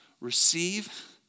receive